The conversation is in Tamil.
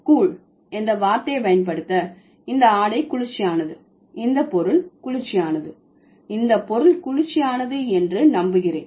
கூல் என்ற வார்த்தையை பயன்படுத்த இந்த ஆடை குளிர்ச்சியானது இந்த பொருள் குளிர்ச்சியானது இந்த பொருள் குளிர்ச்சியானது என்று நம்புகிறேன்